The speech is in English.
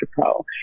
pro